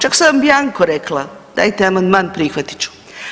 Čak sam vam i bianco rekla, dajte amandman prihvatit ću.